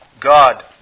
God